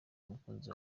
umukunzi